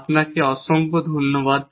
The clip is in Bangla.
আপনাকে অনেক ধন্যবাদ